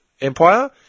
Empire